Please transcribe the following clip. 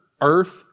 earth